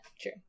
true